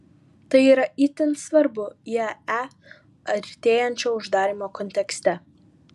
tai yra itin svarbu iae artėjančio uždarymo kontekste